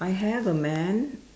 I have a man